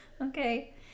Okay